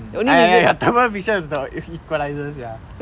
ya ya ya thermo fisher is the equaliser sia